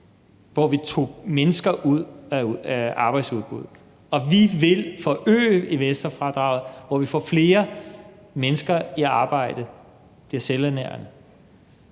hvor vi tog folk ud af arbejdsudbuddet. Vi vil forhøje investorfradraget, så vi får flere mennesker i arbejde, så de kan blive selvforsørgende.